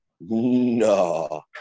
no